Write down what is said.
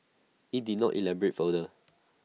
IT did not elaborate further